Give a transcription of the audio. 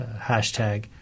Hashtag